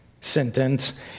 sentence